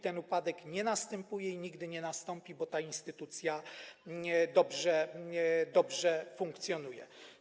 Ten upadek nie następuje i nigdy nie nastąpi, bo ta instytucja dobrze funkcjonuje.